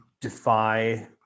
defy